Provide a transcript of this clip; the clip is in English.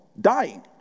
dying